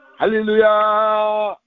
hallelujah